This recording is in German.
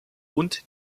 und